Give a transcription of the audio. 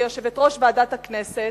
כיושבת-ראש ועדת הכנסת,